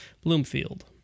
Bloomfield